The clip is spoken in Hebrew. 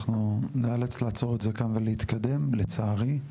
אנחנו נאלץ לעצור את זה כאן ולהתקדם לצערי,